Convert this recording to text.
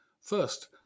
First